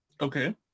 Okay